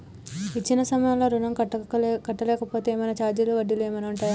ఇచ్చిన సమయంలో ఋణం కట్టలేకపోతే ఏమైనా ఛార్జీలు వడ్డీలు ఏమైనా ఉంటయా?